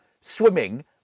swimming